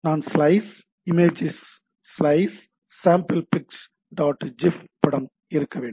நான் slice images slice sample pic dot zip படம் வேண்டும்